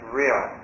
real